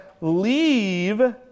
leave